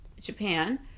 japan